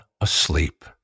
asleep